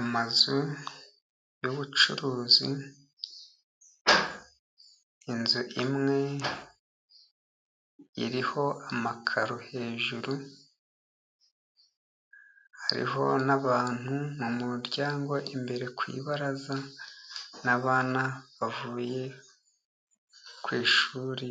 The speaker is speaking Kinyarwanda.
Amazu y'ubucuruzi, inzu imwe iriho amakaro hejuru, hariho n'abantu mu muryango imbere ku ibaraza, n'abana bavuye ku ishuri